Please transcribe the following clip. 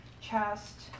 chest